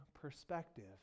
perspective